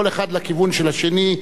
כל אחד לכיוון של השני,